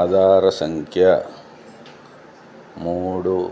ఆధార్ సంఖ్య మూడు